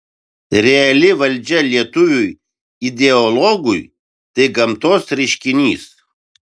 reali valdžia lietuviui ideologui tai gamtos reiškinys